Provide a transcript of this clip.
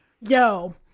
yo